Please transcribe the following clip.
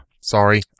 sorry